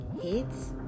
hits